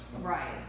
Right